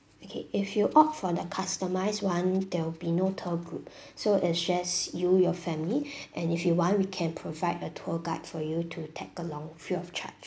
okay if you opt for the customised one there will be no tour group so it shares you your family and if you want we can provide a tour guide for you to take along free of charge